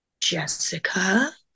Jessica